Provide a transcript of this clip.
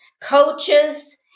coaches